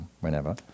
whenever